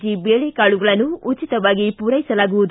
G ಬೆಳೆ ಕಾಳುಗಳನ್ನು ಉಚಿತವಾಗಿ ನೀಡಲಾಗುವುದು